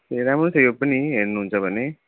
ए राम्रो छ यो पनि हेर्नुहुन्छ भने